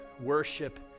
worship